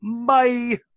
bye